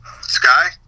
Sky